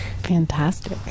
Fantastic